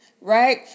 right